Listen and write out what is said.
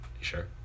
sure